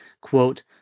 quote